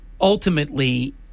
ultimately